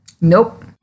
Nope